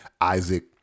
Isaac